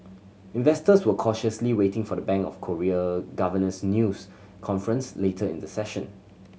investors were cautiously waiting for the Bank of Korea governor's news conference later in the session